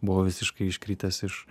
buvau visiškai iškritęs iš